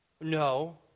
No